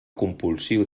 compulsiu